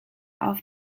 auf